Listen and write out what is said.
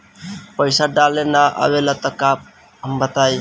पईसा डाले ना आवेला हमका बताई?